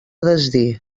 desdir